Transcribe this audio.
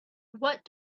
what